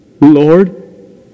Lord